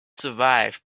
survived